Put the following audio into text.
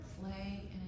play